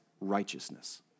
righteousness